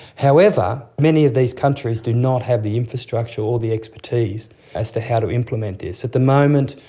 however, many of these countries do not have the infrastructure or the expertise as to how to implement this. at the moment,